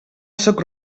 sóc